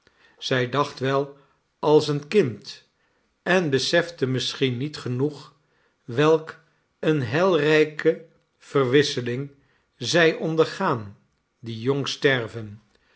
zij dacht wel als een kind en besefte misschien niet genoeg welk een heilrijke verwisseling zij ondergaan die jong sterven